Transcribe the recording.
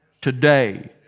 today